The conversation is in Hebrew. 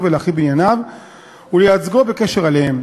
ולהחליט בענייניו ולייצגו בקשר אליהם,